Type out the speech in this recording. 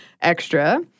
extra